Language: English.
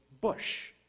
bush